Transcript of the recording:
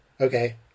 Okay